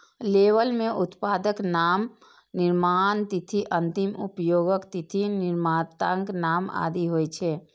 label मे उत्पादक नाम, निर्माण तिथि, अंतिम उपयोगक तिथि, निर्माताक नाम आदि होइ छै